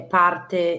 parte